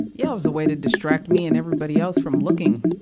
yeah it was a way to distract me and everybody else from looking,